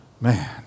Man